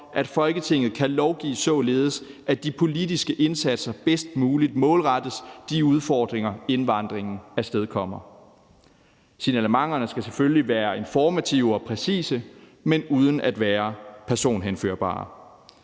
at Folketinget kan lovgive, således at de politiske indsatser bedst muligt målrettes de udfordringer, indvandringen afstedkommer. Signalementerne skal selvfølgelig være informative og præcise, men uden at være personhenførbare.